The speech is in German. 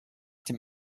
dem